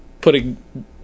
putting